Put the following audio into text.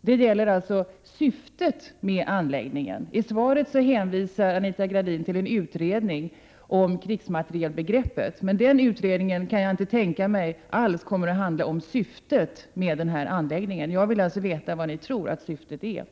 jag över syftet med anläggningen. I svaret hänvisar Anita Gradin till en utredning om krigsmaterielbegreppet, men jag kan inte tänka mig att denna utredning alls kommer att ägna sig åt syftet med anläggningen. Jag vill veta vad ni tror att syftet är.